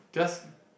just